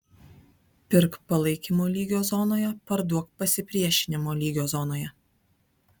pirk palaikymo lygio zonoje parduok pasipriešinimo lygio zonoje